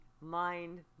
mind